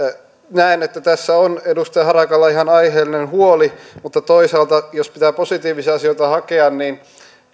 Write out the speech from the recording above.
näen että tässä on edustaja harakalla ihan aiheellinen huoli mutta toisaalta jos pitää positiivisia asioita hakea niin